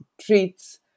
treats